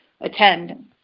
attend